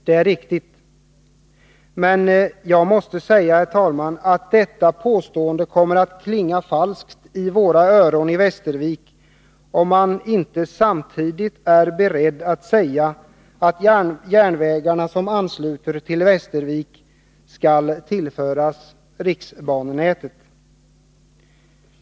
Det är riktigt, men jag måste säga att detta påstående klingar falskt i våra öron, om man inte samtidigt är beredd att säga att järnvägarna som ansluter sig till Västervik skall föras till riksbanenätet.